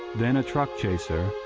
then a truck chaser,